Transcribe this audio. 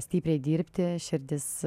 stipriai dirbti širdis